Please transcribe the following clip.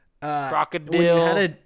Crocodile